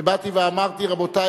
ובאתי ואמרתי: רבותי,